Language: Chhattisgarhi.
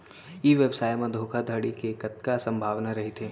ई व्यवसाय म धोका धड़ी के कतका संभावना रहिथे?